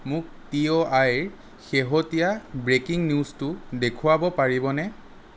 মোক T O I ৰ শেহতীয়া ব্ৰেকিং নিউজটো দেখুওৱাব পাৰিবনে